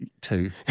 Two